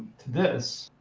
to this,